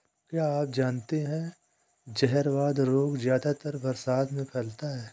क्या आप जानते है जहरवाद रोग ज्यादातर बरसात में फैलता है?